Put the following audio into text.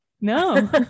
no